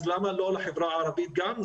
אז למה לא לחברה הערבית גם?